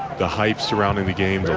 the hype so around in the game,